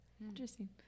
Interesting